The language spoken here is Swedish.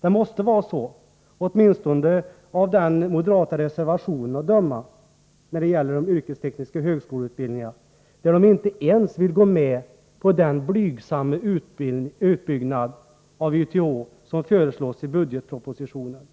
Det måste vara så, åtminstone av den moderata reservationen att döma när det gäller de yrkestekniska högskoleutbildningarna, där de inte ens vill gå med på den blygsamma utbyggnad av YTH som föreslås i budgetpropositionen.